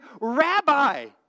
rabbi